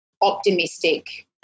optimistic